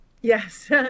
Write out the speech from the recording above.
Yes